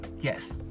Yes